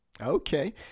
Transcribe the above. okay